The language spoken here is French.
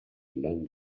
lang